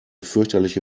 fürchterliche